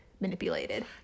manipulated